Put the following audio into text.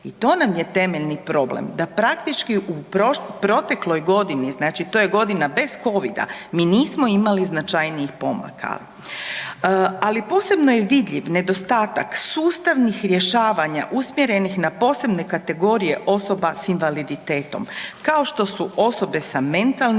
i to nam je temeljni problem, da praktički u protekloj godini, znači to je godina bez covida, mi nismo imali značajnijih pomaka. Ali posebno je vidljiv nedostatak sustavnih rješavanja usmjerenih na posebne kategorije osoba s invaliditetom kao što su osobe sa mentalnim